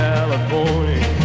California